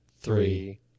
Three